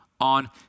on